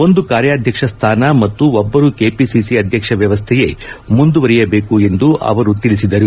ಒಂದು ಕಾರ್ಯಾಧ್ವಕ್ಷ ಸ್ಥಾನ ಮತ್ತು ಒಬ್ಬರು ಕೆಪಿಸಿಸಿ ಅಧ್ವಕ್ಷ ವ್ಯವಸ್ಥೆಯೇ ಮುಂದುವರೆಯಬೇಕು ಎಂದು ಅವರು ತಿಳಿಸಿದರು